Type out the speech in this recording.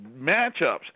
matchups